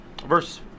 Verse